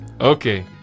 Okay